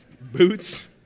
Boots